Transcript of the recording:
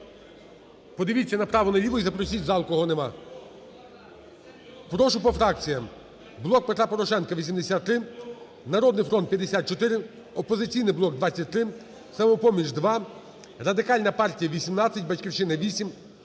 Подивіться направо, наліво і запросіть в зал кого немає. Прошу по фракціям. "Блок Петра Порошенка" – 83, "Народний фронт" – 54, "Опозиційний блок" – 23, "Самопоміч" – 2, Радикальна партія – 18, "Батьківщина" –